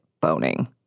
boning